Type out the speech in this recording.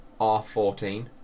R14